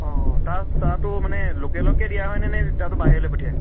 অঁ তাৰ চাহটো মানে লোকেলকে দিয়া হয় নে তাতো বাহিৰলৈ পঠিয়াই